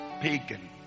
Pagan